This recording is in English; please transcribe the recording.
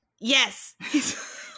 yes